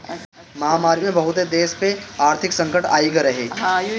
महामारी में बहुते देस पअ आर्थिक संकट आगई रहे